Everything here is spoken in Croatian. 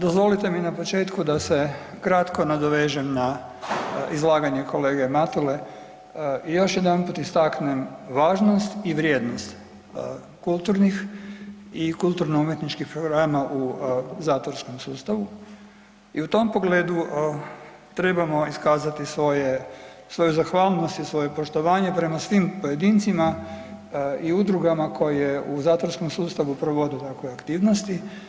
Dozvolite mi na početku da se kratko nadovežem na izlaganje kolege Matule i još jedanput istaknem važnost i vrijednost kulturnih i kulturno-umjetničkih programa u zatvorskom sustavu i u tom pogledu trebamo iskazati svoje, svoju zahvalnost i svoje poštovanje prema svim pojedincima i udrugama koje u zatvorskom sustavu provode takve aktivnosti.